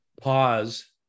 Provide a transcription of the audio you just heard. pause